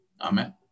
Amen